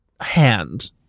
hand